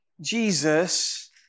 Jesus